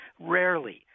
rarely